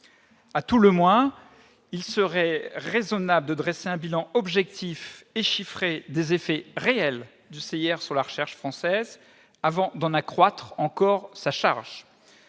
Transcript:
À tout le moins, il serait raisonnable de dresser un bilan objectif et chiffré des effets réels du CIR sur la recherche française, avant d'en accroître encore la charge